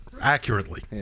accurately